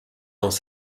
dans